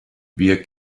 wir